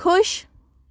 ख़ुश